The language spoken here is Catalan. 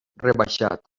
rebaixat